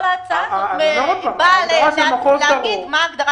כל ההצעה הזאת באה להגיד מה ההגדרה